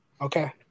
Okay